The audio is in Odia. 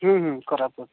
ହୁଁ ହୁଁ କୋରାପୁଟ